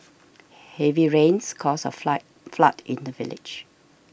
heavy rains caused a fly flood in the village